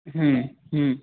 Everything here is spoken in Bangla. হুম হুম